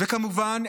וכמובן,